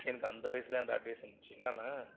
எனக்கு அந்த வயதில் அந்த அட்வைஸ் வந்துச்சு என்னென்னால்